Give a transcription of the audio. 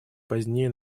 позднее